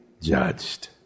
judged